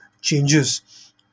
Changes